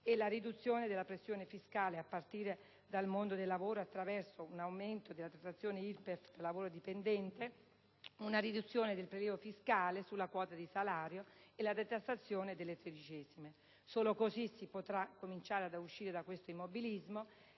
alla riduzione della pressione fiscale a partire dal mondo del lavoro attraverso un aumento della detrazione IRPEF per lavoro dipendente, una riduzione del prelievo fiscale sulla quota di salario e la detassazione delle tredicesime. Solo così si potrà cominciare ad uscire da questo immobilismo